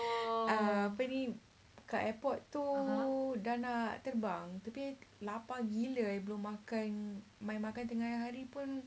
err apa ni kat airport tu dah nak terbang tapi lapar gila belum makan my makan tengah hari pun